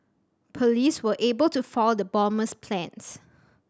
police were able to foil the bomber's plans